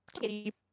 kitty